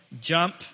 jump